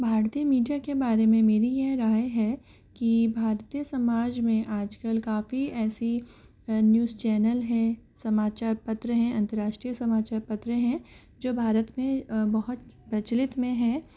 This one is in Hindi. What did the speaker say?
भारतीय मीडिया के बारे में मेरी यह राय है कि भारतीय समाज में आजकल काफ़ी ऐसी न्यूज़ चैनल हैं समाचार पत्र हैं अंतरराष्ट्रीय समाचा पत्र हैं जो भारत में बहुत प्रचलित में है